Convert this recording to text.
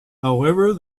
however